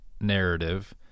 narrative